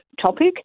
topic